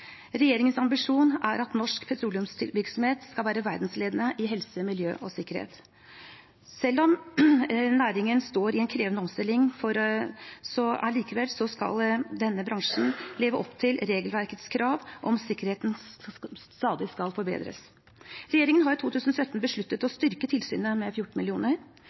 ambisjon er at norsk petroleumsvirksomhet skal være verdensledende på HMS.» Selv om næringen står i en krevende omstilling, skal denne bransjen leve opp til regelverkets krav om at sikkerheten stadig skal forbedres. Regjeringen har i 2017 besluttet å styrke tilsynet med 14